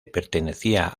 pertenecía